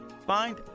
Find